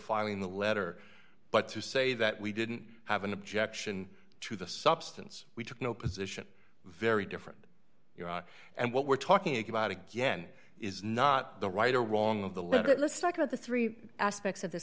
filing the letter but to say that we didn't have an objection to the substance we took no position very different and what we're talking about again is not the right or wrong of the let's talk about the three aspects of this